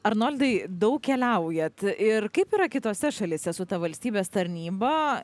arnoldai daug keliaujat ir kaip yra kitose šalyse su ta valstybės tarnyba